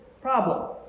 problem